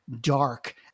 dark